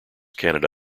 canada